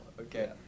Okay